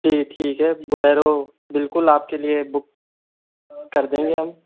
जी ठीक है बुलेरो बिल्कुल आपके लिए बुक कर देंगे हम